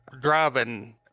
driving